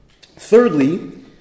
Thirdly